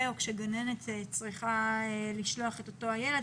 או גננת צריכה לשלוח את אותו הילד.